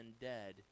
dead